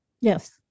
Yes